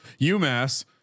UMass